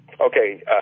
Okay